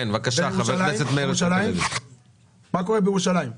מה קורה בירושלים?